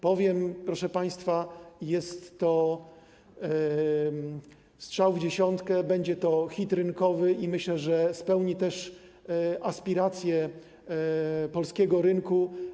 Powiem, proszę państwa, że jest to strzał w dziesiątkę, będzie to hit rynkowy, i myślę, że spełni aspiracje polskiego rynku.